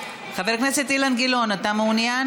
חבר הכנסת אילן גילאון, אתה מעוניין?